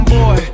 boy